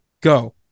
go